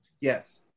Yes